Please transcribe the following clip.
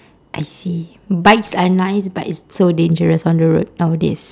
I see bikes are nice but it's so dangerous on the road nowadays